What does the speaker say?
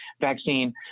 vaccine